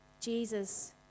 Jesus